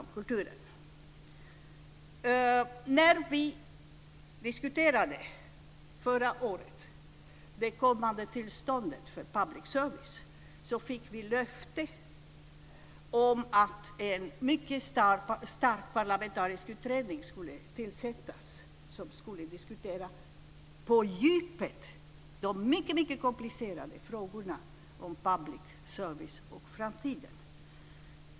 Förra året diskuterade vi det kommande tillståndet för public service.